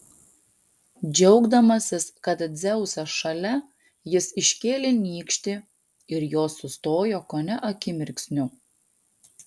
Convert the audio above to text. džiaugdamasis kad dzeusas šalia jis iškėlė nykštį ir jos sustojo kone akimirksniu